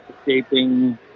escaping